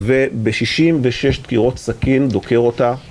ובשישים ושש דקירות סכין דוקר אותה.